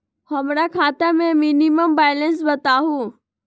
हमरा खाता में मिनिमम बैलेंस बताहु?